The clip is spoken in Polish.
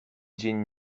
dzień